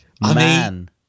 Man